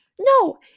no